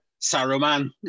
Saruman